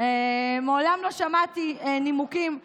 מעולם לא שמעתי נימוקים עלובים,